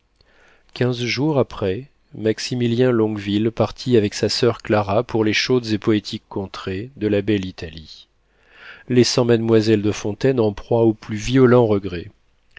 quinze jours après maximilien longueville partit avec sa soeur clara pour les chaudes et poétiques contrées de la belle italie laissant mademoiselle de fontaine en proie aux plus violents regrets